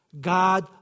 God